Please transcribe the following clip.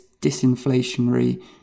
disinflationary